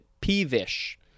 peevish